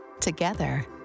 Together